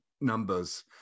numbers